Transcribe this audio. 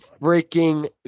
freaking